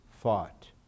fought